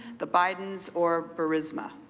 the bidens, or charisma?